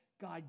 God